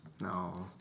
No